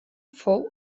fou